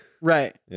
Right